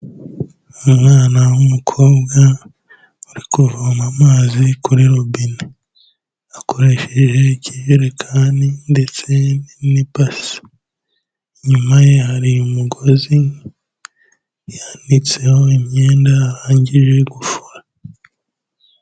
Umwana w'umukobwa uri kuvoma amazi kuri robine akoresheje ikirekani ndetse n'ibasi, inyuma ye hari umugozi ihanitseho imyenda arangije gufura.